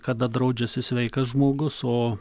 kada draudžiasi sveikas žmogus o